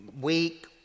week